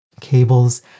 cables